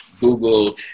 Google